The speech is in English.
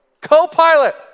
co-pilot